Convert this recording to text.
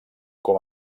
com